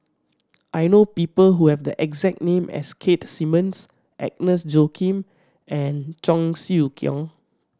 I know people who have the exact name as Keith Simmons Agnes Joaquim and Cheong Siew Keong